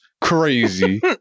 Crazy